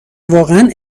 واقعا